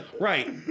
Right